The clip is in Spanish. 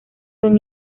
son